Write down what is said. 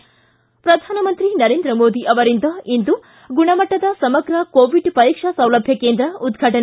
ಿ ಶ್ರಧಾನಮಂತ್ರಿ ನರೇಂದ್ರ ಮೋದಿ ಅವರಿಂದ ಇಂದು ಗುಣಮಟ್ಟದ ಸಮಗ್ರ ಕೋವಿಡ್ ಪರೀಕ್ಷಾ ಸೌಲಭ್ಯ ಕೇಂದ್ರವನ್ನು ಉದ್ಘಾಟನೆ